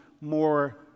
more